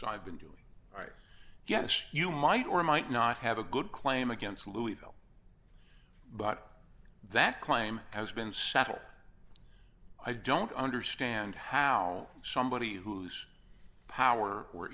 goes i've been doing i guess you might or might not have a good claim against louisville but that claim has been settled i don't understand how somebody whose power or